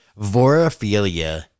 Vorophilia